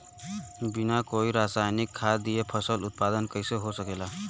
बिना कोई रसायनिक खाद दिए फसल उत्पादन कइसे हो सकेला?